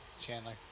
Chandler